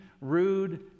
rude